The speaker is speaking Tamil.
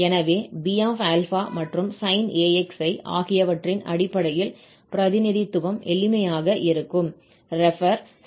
எனவே Bα மற்றும் sin αx ஐ ஆகியவற்றின் அடிப்படையில் பிரதிநிதித்துவம் எளிமையாக இருக்கும்